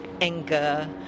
anger